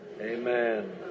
Amen